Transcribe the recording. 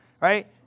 Right